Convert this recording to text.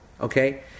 Okay